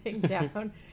down